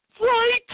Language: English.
right